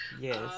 Yes